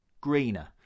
Greener